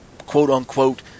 quote-unquote